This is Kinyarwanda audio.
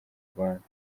rwanda